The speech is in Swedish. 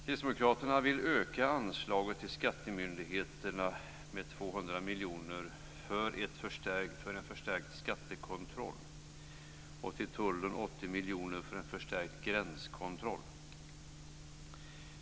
Kristdemokraterna vill öka anslaget till skattemyndigheterna med 200 miljoner för en förstärkt skattekontroll och till tullen med 80 miljoner för en förstärkt gränskontroll.